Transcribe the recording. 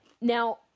now